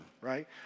Right